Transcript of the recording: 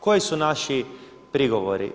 Koji su naši prigovori?